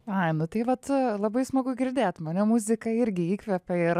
ai nu tai vat labai smagu girdėt mane muzika irgi įkvepia ir